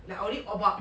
like only about